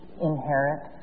inherit